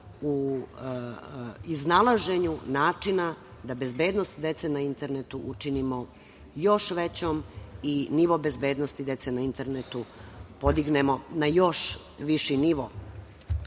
u iznalaženju načina da bezbednost dece na internetu učinimo još većom i nivo bezbednosti dece na internetu podignemo na još viši